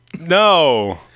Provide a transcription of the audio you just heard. No